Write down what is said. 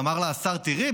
אמר לה השר: תראי,